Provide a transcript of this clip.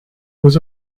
was